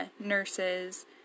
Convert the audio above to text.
nurses